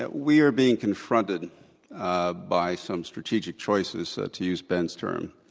ah we are being confronted ah by some strategic choices, so to use ben's term.